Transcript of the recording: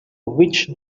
witch